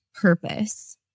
purpose